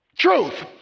Truth